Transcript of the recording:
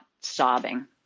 sobbing